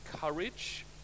courage